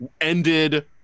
ended